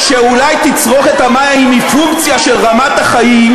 שאולי תצרוכת המים היא פונקציה של רמת החיים,